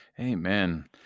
Amen